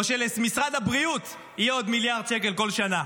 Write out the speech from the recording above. או שלמשרד הבריאות יהיה עוד מיליארד שקל בכל שנה?